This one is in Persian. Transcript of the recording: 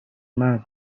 مند